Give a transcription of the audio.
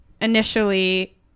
initially